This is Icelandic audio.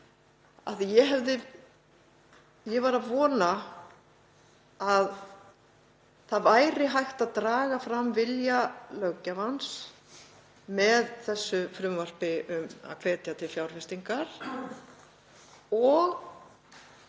því að ég vonaði að hægt væri að draga fram vilja löggjafans með þessu frumvarpi um að hvetja til fjárfestingar og